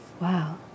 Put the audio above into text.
Wow